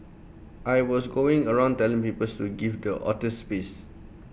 I was going around telling people to give the otters space